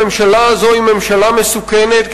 הממשלה הזאת היא ממשלה מסוכנת,